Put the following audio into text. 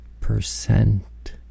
percent